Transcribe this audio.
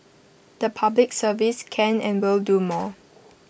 the Public Service can and will do more